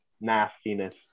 nastiness